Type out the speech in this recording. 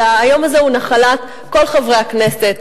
אלא היום הזה הוא נחלת כל חברי הכנסת,